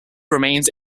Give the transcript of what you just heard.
remained